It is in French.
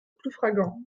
ploufragan